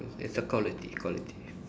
it's the quality quality